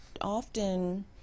often